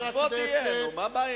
אז בוא תהיה, נו, מה הבעיה.